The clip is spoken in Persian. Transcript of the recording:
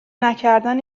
نکردن